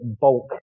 bulk